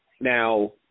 Now